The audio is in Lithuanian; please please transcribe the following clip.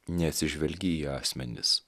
neatsižvelgi į asmenis